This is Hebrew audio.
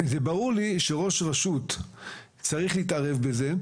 זה ברור לי שראש רשות צריך להתערב בזה,